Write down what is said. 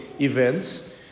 events